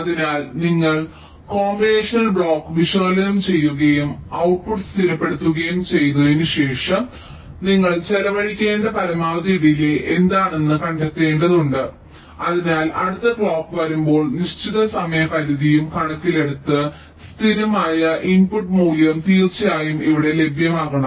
അതിനാൽ നിങ്ങൾ combinational block വിശകലനം ചെയ്യുകയും ഔട്ട്പുട്ട് സ്ഥിരപ്പെടുത്തുകയും ചെയ്തതിന് ശേഷം നിങ്ങൾ ചെലവഴിക്കേണ്ട പരമാവധി ഡിലേയ് എന്താണെന്ന് കണ്ടെത്തേണ്ടതുണ്ട് അതിനാൽ അടുത്ത ക്ലോക്ക് വരുമ്പോൾ നിശ്ചിത സമയ പരിധിയും കണക്കിലെടുത്ത് സ്ഥിരമായ ഇൻപുട്ട് മൂല്യം തീർച്ചയായും ഇവിടെ ലഭ്യമാകണം